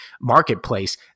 marketplace